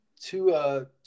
two